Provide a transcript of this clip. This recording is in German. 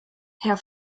herr